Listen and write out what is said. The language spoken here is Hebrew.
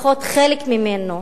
לפחות חלק ממנו,